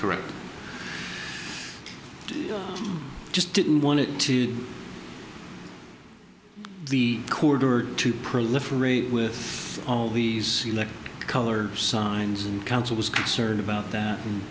correct i just didn't want it to the corridor to proliferate with all these color signs and council was concerned about that and